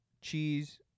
Cheese